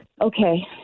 Okay